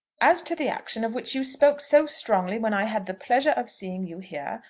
as to the action of which you spoke so strongly when i had the pleasure of seeing you here,